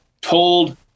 told